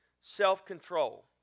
self-control